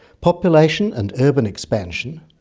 population and urban expansion,